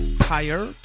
higher